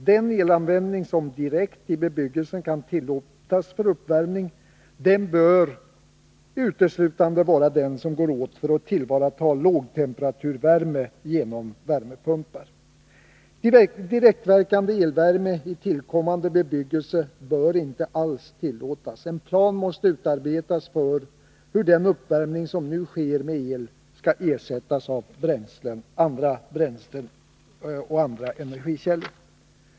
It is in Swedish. Den elanvändning som direkt i bebyggelsen kan tillåtas för uppvärmning bör uteslutande vara den som går åt för att tillvarata lågtemperaturvärme genom värmepumpar. Direktverkande elvärme i tillkommande bebyggelse bör inte alls tillåtas. En plan måste utarbetas för hur den uppvärmning som nu sker med el skall ersättas av bränslen eller andra energikällor.